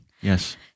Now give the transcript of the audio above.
Yes